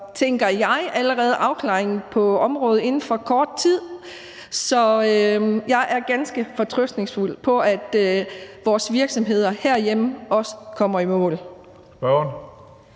tænker jeg, allerede en afklaring på området inden for kort tid. Så jeg er ganske fortrøstningsfuld, i forhold til at vores virksomheder herhjemme også kommer i mål.